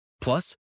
Plus